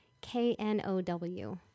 K-N-O-W